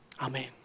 Amen